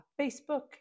Facebook